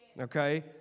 okay